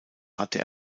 hatte